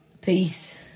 peace